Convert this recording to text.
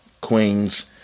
Queens